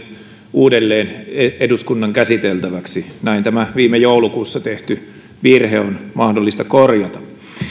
uudelleen eduskunnan käsiteltäväksi näin tämä viime joulukuussa tehty virhe on mahdollista korjata